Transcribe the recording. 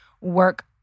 work